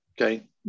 Okay